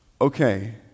Okay